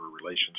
Relations